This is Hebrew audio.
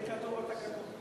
שיהיה כתוב בתקנון.